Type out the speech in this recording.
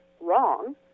wrong